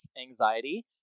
anxiety